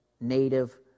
native